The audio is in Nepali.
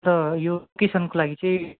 त यो केही क्षणको लागि चाहिँ